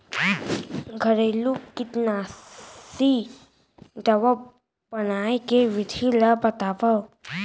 घरेलू कीटनाशी दवा बनाए के विधि ला बतावव?